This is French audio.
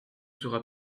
sera